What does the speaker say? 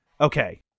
Okay